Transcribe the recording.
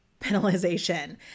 penalization